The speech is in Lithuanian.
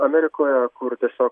amerikoje kur tiesiog